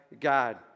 God